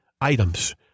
items